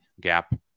Gap